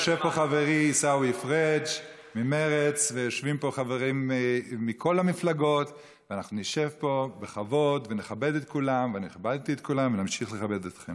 מה, לכן, המזכירה הודיעה כדי שתדעו.